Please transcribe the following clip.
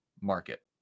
market